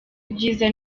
ibyiza